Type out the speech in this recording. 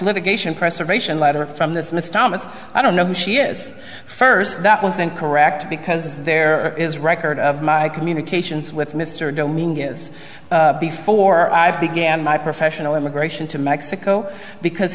litigation preservation letter from this miss thomas i don't know who she is first that wasn't correct because there is record of my communications with mr domingo is before i began my professional immigration to mexico because